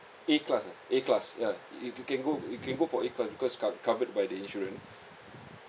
A class ah A class ya you can go you can go for A class because cov~ covered by the insurance